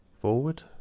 Forward